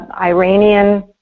iranian